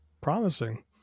promising